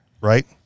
right